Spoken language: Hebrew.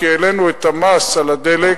כי העלינו את המס על הדלק,